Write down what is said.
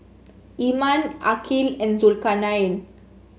Iman Aqil and Zulkarnain